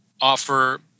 offer